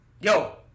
Yo